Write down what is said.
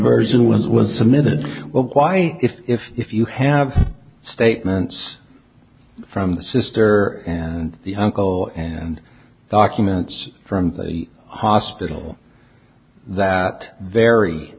version was was submitted why if if if you have statements from the sister and the uncle and documents from the hospital that vary